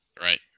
Right